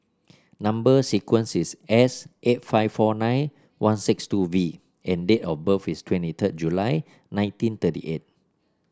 number sequence is S eight five four nine one six two V and date of birth is twenty third July nineteen thirty eight